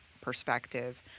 perspective